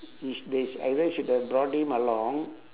is they sho~ either should've brought him along